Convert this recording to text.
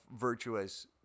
virtuous